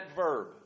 verb